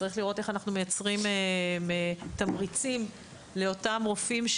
צריך לראות איך אנחנו מייצרים תמריצים לאותם רופאים,